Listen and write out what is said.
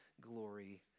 glory